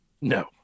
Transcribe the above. No